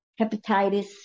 hepatitis